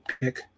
pick